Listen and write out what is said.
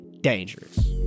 dangerous